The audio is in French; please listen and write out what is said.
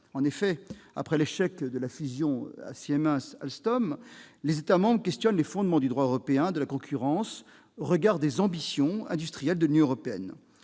En effet, après l'échec de la fusion entre Siemens et Alstom, les États membres questionnent les fondements du droit européen de la concurrence au regard des ambitions industrielles de l'Union européenne.